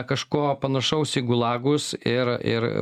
kažko panašaus į gulagus ir ir